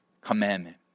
commandment